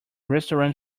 restaurant